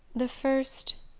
the first?